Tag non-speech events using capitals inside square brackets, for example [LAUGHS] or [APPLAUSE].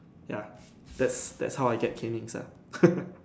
ya that's that's how I get canings ah [LAUGHS]